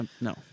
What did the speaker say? No